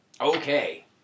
Okay